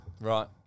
Right